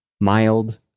mild